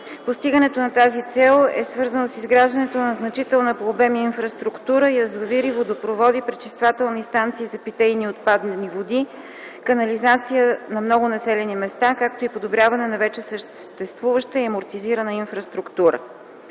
Постигането на тази цел е свързано с изграждането на значителна по обем инфраструктура: язовири, водопроводи, пречиствателни станции за питейни и отпадъчни води, канализация на много населени места, както и подобряване на вече съществуваща и амортизирана инфраструктура.